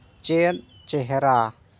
ᱪᱮᱫ ᱪᱮᱦᱨᱟ